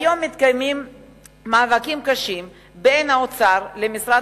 היום מתקיימים מאבקים קשים בין האוצר למשרד